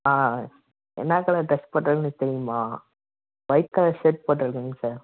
ஆ என்ன colour dress போட்டுருக்கேன்னு தெரியுமா ஒயிட் கலர் ஷர்ட் போட்டுருக்கேங்க சார்